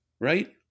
right